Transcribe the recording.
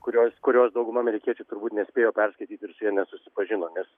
kurios kurios dauguma amerikiečių turbūt nespėjo perskaityti ir su ja nesusipažino nes